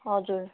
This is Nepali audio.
हजुर